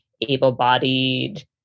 able-bodied